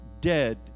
dead